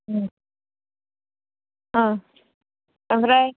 उम ओमफ्राय